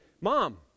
Mom